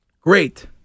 great